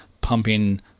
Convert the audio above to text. pumping